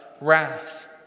wrath